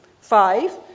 five